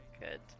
Good